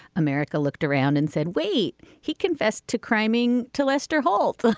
america looked around and said wait he confessed to cramming to lester holt.